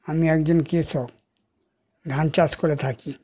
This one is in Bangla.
আমি একজন কৃষক ধান চাষ করে থাকি